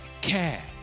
care